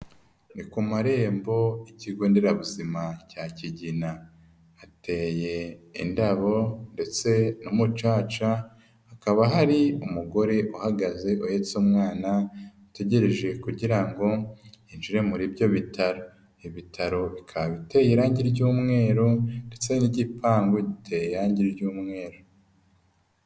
Ni ku marembo y'ikigo nderabuzima cya Kigina, hateye indabo ndetse n'umucaca, hakaba hari umugore uhagaze uhetse umwana, utegereje kugira ngo yinjire muri ibyo bitaro, ibitaro bikaba iteye irangi ry'umweru ndetse n'igipangu giteye irangi ry'umweru.